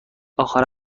آخر